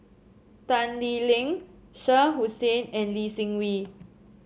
Tan Lee Leng Shah Hussain and Lee Seng Wee